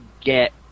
get